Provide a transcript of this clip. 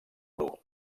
bru